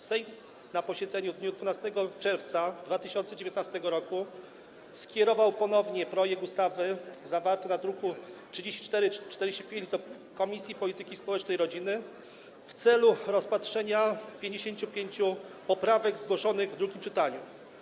Sejm na posiedzeniu w dniu 12 czerwca 2019 r. skierował ponownie projekt ustawy zawarty w druku nr 3445 do Komisji Polityki Społecznej i Rodziny w celu rozpatrzenia 55 poprawek zgłoszonych w drugim czytaniu.